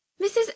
mrs